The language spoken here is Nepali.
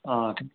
अँ